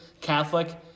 Catholic